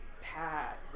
pad